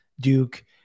Duke